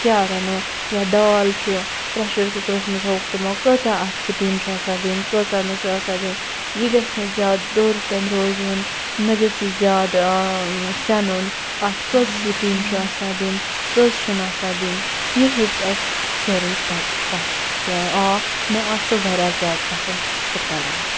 کیٛاہ رَنو یا دال چھُ پرٛیٚشَر کُکرَس مَنٛز ہووُکھ تمو کٲژاہ اتھ سٹیٖم چھِ آسان دِنۍ کٲژاہ نہَ چھِ آسان دِنۍ یہِ گَژھِ نہٕ زیاد دوٚر تہِ نہٕ روزُن نہَ گَژھِ یہِ زیاد سیٚنُن اتھ کٔژ سٹیٖم چھِ آسان دِنۍ کٔژ چھُ نہٕ آسان دِنۍ یہِ ہیٚوچھ اَسہِ سورُے تَتہِ تتھ مےٚ آ مےٚ آو سُہ واریاہ زیادٕ پَسَنٛد سُہ کَلاس